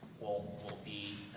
will, will be,